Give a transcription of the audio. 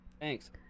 Thanks